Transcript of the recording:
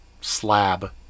slab